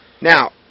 Now